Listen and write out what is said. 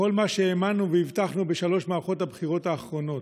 לכל מה שהאמנו והבטחנו בשלוש מערכות הבחירות האחרונות?